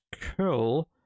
cool